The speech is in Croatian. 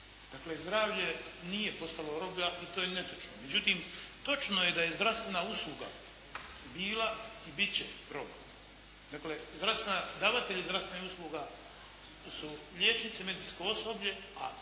Dakle, zdravlje nije postalo roba i to je netočno. Međutim, točno je da je zdravstvena usluga bila i bit će roba. Dakle, davatelji zdravstvenih usluga su liječnici, medicinsko osoblje, a